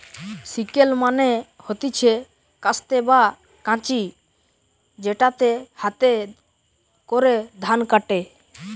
sickle মানে হতিছে কাস্তে বা কাঁচি যেটাতে হাতে করে ধান কাটে